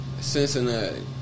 Cincinnati